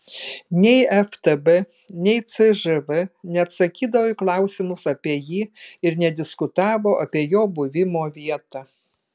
nei ftb nei cžv neatsakydavo į klausimus apie jį ir nediskutavo apie jo buvimo vietą